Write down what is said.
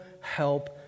help